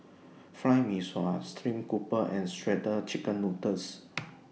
Fried Mee Sua Stream Grouper and Shredded Chicken Noodles